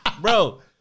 bro